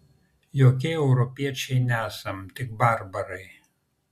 jokie europiečiai nesam tik barbarai